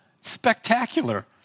Spectacular